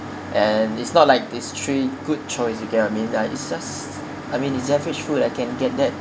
and it's not like these three good choice you get what I mean ya it just I mean it's average food I can get that